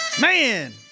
Man